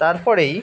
তারপরেই